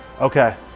Okay